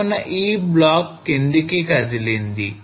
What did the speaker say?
కావున ఈ బ్లాక్ కిందికి కదిలింది